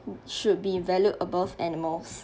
it should be valued above animals